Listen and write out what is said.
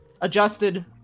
adjusted